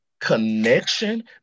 Connection